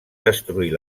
destruir